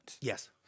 Yes